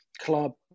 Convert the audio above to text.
club